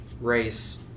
race